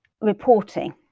reporting